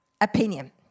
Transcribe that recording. opinion